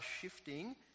shifting